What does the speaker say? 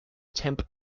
tempe